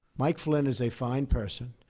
mike flynn is a fine person.